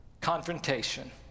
confrontation